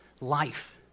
life